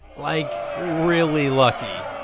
like really lucky.